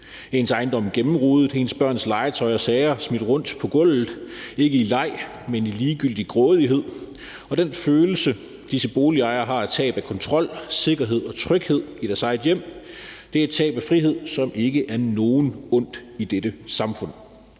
ens ejendom gennemrodet, ens børns legetøj og sager smidt rundt på gulvet – ikke i leg, men i ligegyldig grådighed – og den følelse, disse boligejere har, af tab af kontrol, sikkerhed og tryghed i deres eget hjem, er et tab af frihed, som ikke er nogen forundt i dette samfund.